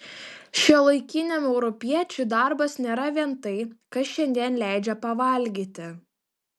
šiuolaikiniam europiečiui darbas nėra vien tai kas šiandien leidžia pavalgyti